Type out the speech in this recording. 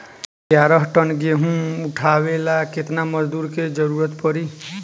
ग्यारह टन गेहूं उठावेला केतना मजदूर के जरुरत पूरी?